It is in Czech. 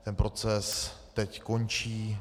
Ten proces teď končí.